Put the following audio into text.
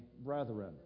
brethren